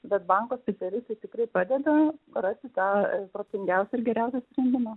bet banko pipirai tai tikrai padeda rasti tą protingiausią geriausią sprendimą